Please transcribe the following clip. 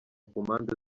kumpande